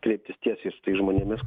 kreiptis tiesiai su tais žmonėmis